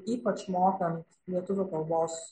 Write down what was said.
ypač mokant lietuvių kalbos